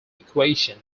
equation